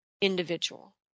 individual